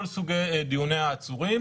זה כל סוגי דיוני העצורים,